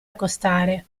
accostare